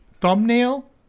thumbnail